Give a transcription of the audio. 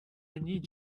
need